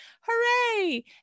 Hooray